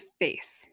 face